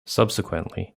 subsequently